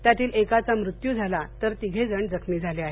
त्यातील एकाचा मृत्यू झाला तर तीनजण जखमी आहेत